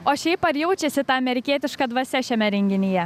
o šiaip ar jaučiasi ta amerikietiška dvasia šiame renginyje